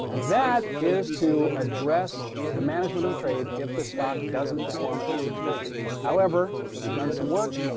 that is to address the management of the trade if the stock doesn't perform as expected. however, we've done some work.